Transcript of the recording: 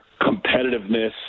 competitiveness